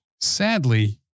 Sadly